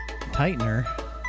Tightener